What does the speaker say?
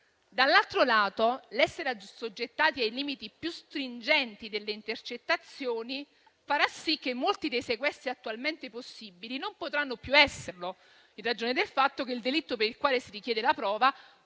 Dall'altro lato, l'essere assoggettati ai limiti più stringenti delle intercettazioni farà sì che molti dei sequestri attualmente possibili non potranno più esserlo, in ragione del fatto che il delitto per il quale si richiede la prova